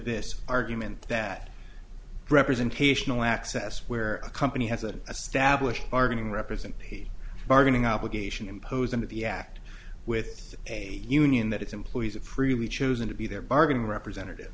this argument that representational access where a company has a a stablished bargaining represent a bargaining obligation imposed under the act with a union that its employees are freely chosen to be their bargaining representative